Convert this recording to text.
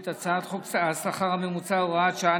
את הצעת חוק השכר הממוצע (הוראת שעה,